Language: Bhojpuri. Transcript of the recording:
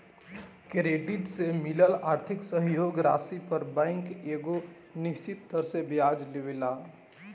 क्रेडिट से मिलल आर्थिक सहयोग के राशि पर बैंक एगो निश्चित दर से ब्याज लेवेला